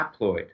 haploid